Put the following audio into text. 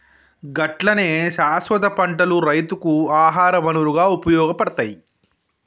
గట్లనే శాస్వత పంటలు రైతుకు ఆహార వనరుగా ఉపయోగపడతాయి